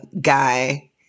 guy